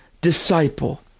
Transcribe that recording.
disciple